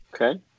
Okay